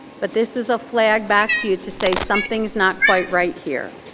but this is a flag back to you to say something's not quite right here.